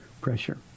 pressure